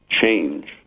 change